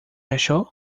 achou